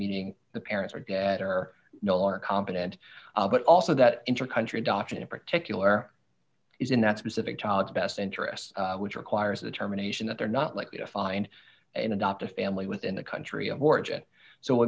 meaning the parents are dead or no or competent but also that intercountry adoption in particular is in that specific child's best interests which requires a determination that they're not likely to find an adoptive family within the country of origin so